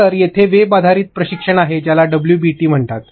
तर तेथे वेब आधारित प्रशिक्षण आहे ज्यास डब्ल्यूबीटी म्हणतात